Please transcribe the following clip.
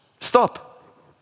stop